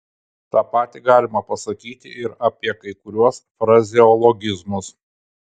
tą patį galima pasakyti ir apie kai kuriuos frazeologizmus